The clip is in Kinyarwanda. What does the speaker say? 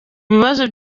kibazo